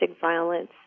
violence